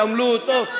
חברי הכנסת,